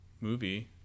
movie